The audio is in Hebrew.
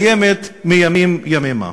היא קיימת מימים ימימה.